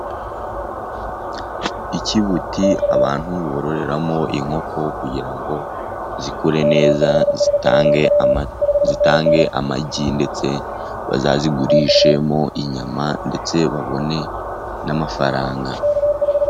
Ikibuti abantu bororeramo inkoko kugira ngo zikure neza, zitange amagi, ndetse bazazigurishemo inyama ndetse babone n’amafaranga.